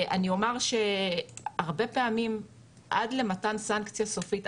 אני אומר שהרבה פעמים עד למתן סנקציה סופית,